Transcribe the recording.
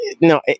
no